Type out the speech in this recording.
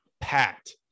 packed